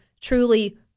truly